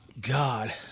God